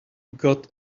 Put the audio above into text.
got